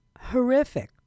horrific